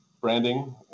branding